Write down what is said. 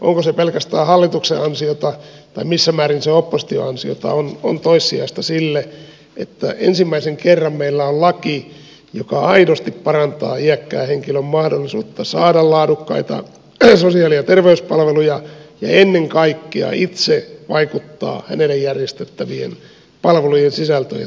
onko se pelkästään hallituksen ansiota tai missä määrin se on opposition ansiota on toissijaista sille että ensimmäisen kerran meillä on laki joka aidosti parantaa iäkkään henkilön mahdollisuutta saada laadukkaita sosiaali ja terveyspalveluja ja ennen kaikkea itse vaikuttaa hänelle järjestettävien palvelujen sisältöön ja toteuttamistapaan